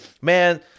man